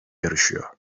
yarışıyor